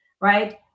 Right